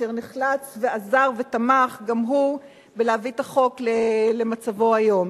אשר נחלץ ועזר ותמך גם הוא בהבאת החוק למצבו היום.